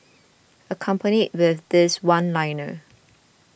accompanied with this one liner